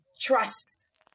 trust